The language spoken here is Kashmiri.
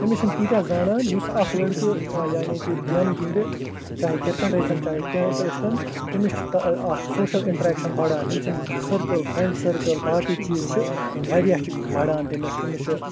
تٔمِس چھِ نہٕ تیٖتیٛاہ زانان یُس اکھ لڑکہٕ یعنی کہِ گیمہِ گنٛدِ چاہیے کرکٹ ٲسۍ تن چاہیے کیٚنٛہہ تہٕ ٲسۍ تن تٔمِس چھِ اکھ سوشل اِنٹررٮ۪کشن بڑان تمہِ سُنٛد سٔرکٕل فرٮ۪نٛڈ سٔرکٕل پاقٕے چیٖز چھِ وارِیاہ چھِ بڑان تٔمِس تٔمِس چھِ